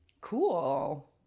cool